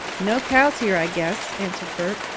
no cows here, i guess, answered bert.